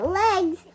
legs